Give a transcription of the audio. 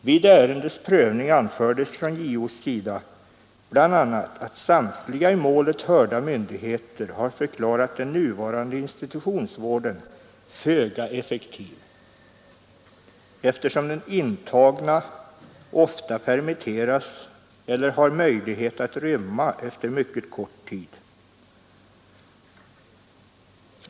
Vid ärendets prövning anförde JO bl.a. att samtliga i målet hörda myndigheter förklarat den nuvarande institutionsvården föga effektiv, eftersom den intagne ofta permitterats eller har möjlighet att rymma efter mycket kort tid.